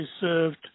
served